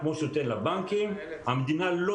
כמו שהוא נותן לבנקים.